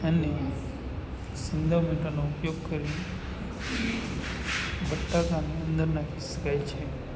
અને સિંધા મીઠાનો ઉપયોગ કરી બટાકાની અંદર નાખી શકાય છે